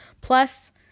plus